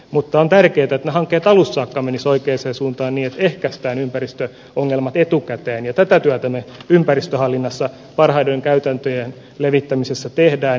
mutta on tärkeätä että ne hankkeet alusta saakka menisivät oikeaan suuntaan niin että ehkäistään ympäristöongelmat etukäteen ja tätä työtä me ympäristöhallinnossa parhaiden käytäntöjen levittämisessä teemme